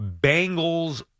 bengals